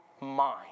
mind